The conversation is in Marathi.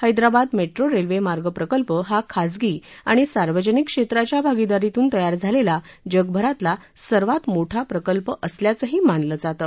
हैदराबाद मेट्रो रेल्वे मार्ग प्रकल्प हा खाजगी आणि सार्वजनिक क्षेत्राच्या भागीदारीतून तयार झालेला जगभरातला सर्वात मोठा प्रकल्प असल्याचंही मानलं जातं